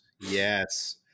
Yes